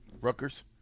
Rutgers